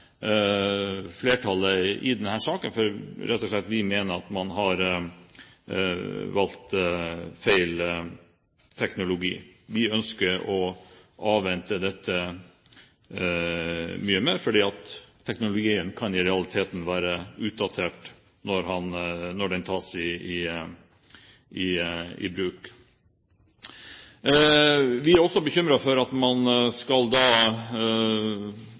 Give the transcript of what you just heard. flertallet i denne saken. Vi mener rett og slett at man har valgt feil teknologi. Vi ønsker å avvente dette, for teknologien kan i realiteten være utdatert når den tas i bruk. Vi er også bekymret for at man da skal